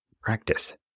practice